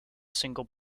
single